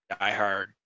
diehard